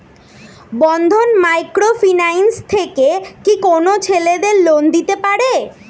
বন্ধন micro finance থেকে কি কোন ছেলেদের লোন দিতে পারে?